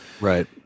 right